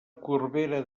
corbera